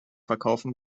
verkaufen